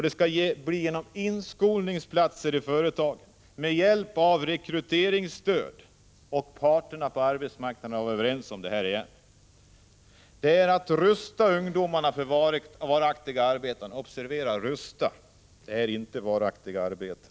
Det skall bli inskolningsplatser i företagen med hjälp av rekryteringsstöd. Parterna på arbetsmarknaden är överens om detta. Man vill rusta ungdomarna för varaktiga arbeten. Observera ordet rusta. Det är inga varaktiga arbeten!